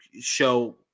show